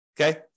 okay